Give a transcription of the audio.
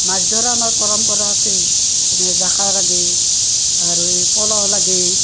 মাছ ধৰা আমাৰ পৰম্পৰা আছে এই হেৰি জাখা লাগে আৰু এই পলহ লাগে